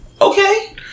Okay